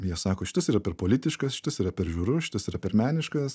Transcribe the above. jie sako šitas yra per politiškas šitas yra per žiaurus šitas yra per meniškas